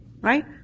Right